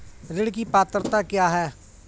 ऋण की पात्रता क्या है?